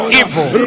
evil